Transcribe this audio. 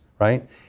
right